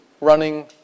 running